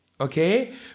Okay